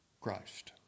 Christ